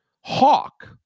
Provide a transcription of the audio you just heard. hawk